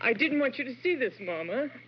i didn't want you to see this m